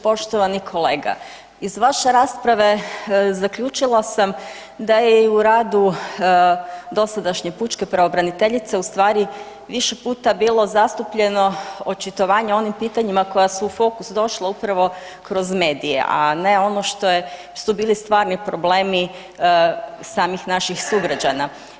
Poštovani kolega, iz vaše rasprave zaključila sam da je i u radu dosadašnje pučke pravobraniteljice u stvari više puta bilo zastupljeno očitovanje onim pitanjima koja su u fokus došla upravo kroz medije, a ne ono što je, što su to bili stvari problemi samih naših sugrađana.